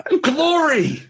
Glory